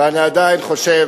ואני עדיין חושב,